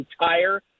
entire